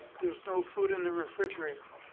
there's no food in the refrigerator.